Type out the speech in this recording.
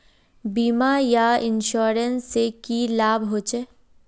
बीमा या इंश्योरेंस से की लाभ होचे?